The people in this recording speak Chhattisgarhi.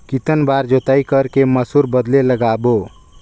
कितन बार जोताई कर के मसूर बदले लगाबो?